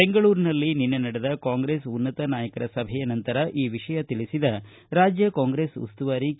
ಬೆಂಗಳೂರಿನಲ್ಲಿ ನಿನ್ನೆ ನಡೆದ ಕಾಂಗ್ರೆಸ್ ಉನ್ನತ ನಾಯಕರ ಸಭೆಯ ನಂತರ ಈ ವಿಷಯ ತಿಳಿಸಿದ ರಾಜ್ಯ ಕಾಂಗ್ರೆಸ್ ಉಸ್ತುವಾರಿ ಕೆ